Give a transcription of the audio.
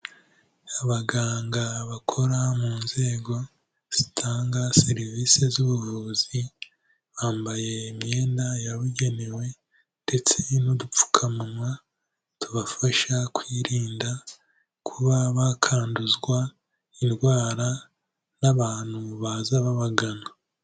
Abaganga bakora mu nzego zitanga serivisi z'ubuvuzi, bambaye imyenda yabugenewe, ndetse n'udupfukamunwa tubafasha kwirinda kuba bakanduzwa indwara n'abantu baza babagana.